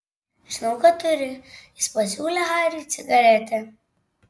žinau kad turi jis pasiūlė hariui cigaretę